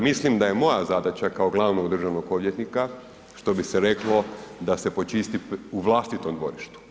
Mislim da je moja zadaća kao glavnog državnog odvjetnika što bi se reklo da se počisti u vlastitom dvorištu.